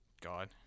god